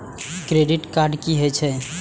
Credit card की हे छे?